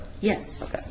Yes